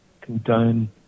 condone